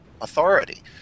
authority